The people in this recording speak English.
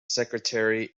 secretary